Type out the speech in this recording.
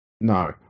No